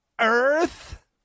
Earth